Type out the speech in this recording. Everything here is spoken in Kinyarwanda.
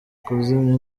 kuzimya